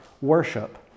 worship